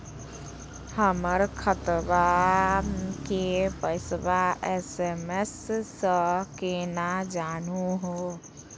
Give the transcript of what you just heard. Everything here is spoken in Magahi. हमर खतवा के पैसवा एस.एम.एस स केना जानहु हो?